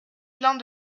pleins